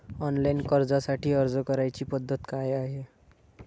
Online कर्जासाठी अर्ज करण्याची पद्धत काय आहे?